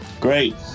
great